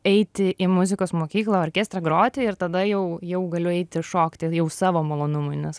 eiti į muzikos mokyklą orkestre groti ir tada jau jau galiu eiti šokti jau savo malonumui nes